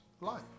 life